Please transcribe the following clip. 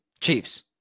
Chiefs